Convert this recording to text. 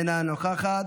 אינה נוכחת.